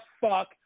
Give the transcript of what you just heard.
fuck